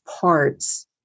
parts